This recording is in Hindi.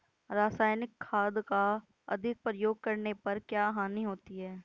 रासायनिक खाद का अधिक प्रयोग करने पर क्या हानि होती है?